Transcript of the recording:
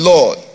Lord